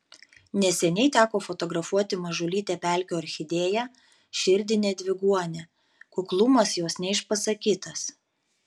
neseniai teko fotografuoti mažulytę pelkių orchidėją širdinę dviguonę kuklumas jos neišpasakytas